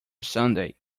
sunday